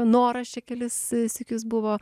noras čia kelis sykius buvo